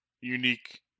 unique